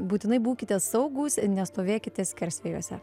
būtinai būkite saugūs nestovėkite skersvėjuose